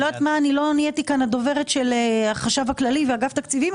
אני לא נהייתי כאן הדוברת של החשב הכללי ואגף תקציבים,